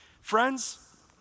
Friends